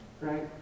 right